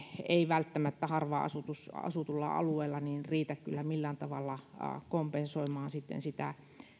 ei välttämättä harvaan asutulla alueella riitä kyllä millään tavalla kompensoimaan sitä